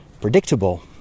predictable